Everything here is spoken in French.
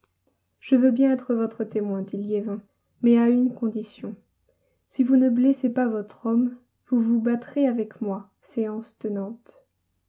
je veux bien être votre témoin dit liévin mais à une condition si vous ne blessez pas votre homme vous vous battrez avec moi séance tenante